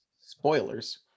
Spoilers